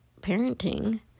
parenting